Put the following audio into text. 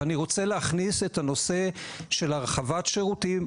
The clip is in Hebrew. ואני רוצה להכניס את הנושא של הרחבת שירותים,